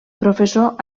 professor